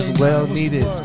well-needed